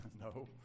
No